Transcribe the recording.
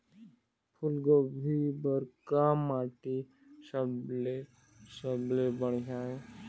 फूलगोभी बर का माटी सबले सबले बढ़िया ये?